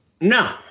No